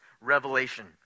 revelation